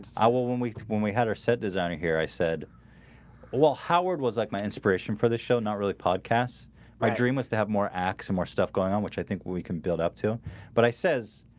i will when we when we had our set designer here, i said well well howard was like my inspiration for the show not really podcasts my dream was to have more acts and more stuff going on which i think we can build up to but i says